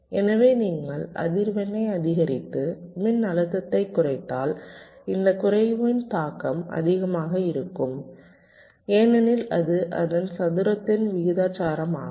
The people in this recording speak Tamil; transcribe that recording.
எனவே நீங்கள் அதிர்வெண்ணை அதிகரித்து மின்னழுத்தத்தைக் குறைத்தால் இந்த குறைவின் தாக்கம் அதிகமாக இருக்கும் ஏனெனில் அது அதன் சதுரத்திற்கு விகிதாசாரமாகும்